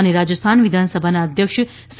અને રાજસ્થાન વિધાનસભાના અધ્યક્ષ સી